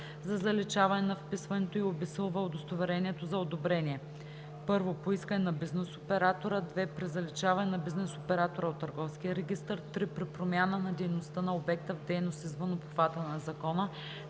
за заличаване на вписването и обезсилва удостоверението за одобрение: 1. по искане на бизнес оператора; 2. при заличаване на бизнес оператора от търговския регистър; 3. при промяна на дейността на обекта в дейност извън обхвата на закона;